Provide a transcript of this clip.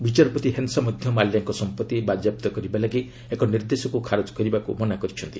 ବିଚାରପତି ହେନ୍ସା ମଧ୍ୟ ମାଲ୍ୟାଙ୍କ ସମ୍ପତ୍ତି ବାଜ୍ୟାପ୍ତ କରିବା ଲାଗି ଏକ ନିର୍ଦ୍ଦେଶକୁ ଖାରଜ କରିବାକୁ ମନା କରିଛନ୍ତି